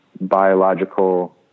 biological